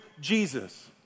Jesus